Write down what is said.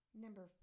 Number